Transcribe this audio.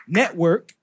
network